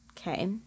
Okay